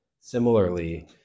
Similarly